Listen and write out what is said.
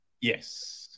Yes